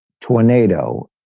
tornado